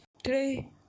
Today